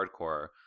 hardcore